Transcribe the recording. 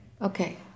Okay